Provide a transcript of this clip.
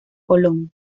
colón